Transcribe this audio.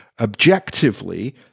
objectively